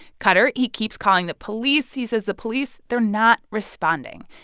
kutter, he keeps calling the police. he says the police, they're not responding.